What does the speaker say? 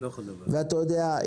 אתה יודע,